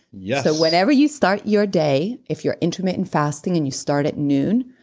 yeah whenever you start your day, if you're intermittent fasting and you start at noon,